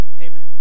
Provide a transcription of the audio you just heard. Amen